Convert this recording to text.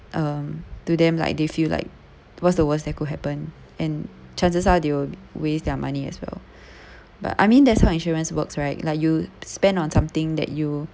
um to them like they feel like what's the worst that could happen and chances are they will waste their money as well but I mean that's how insurance works right like you spend on something that you